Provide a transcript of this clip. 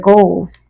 goals